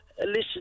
Listen